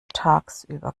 tagsüber